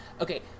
Okay